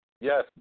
yes